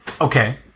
Okay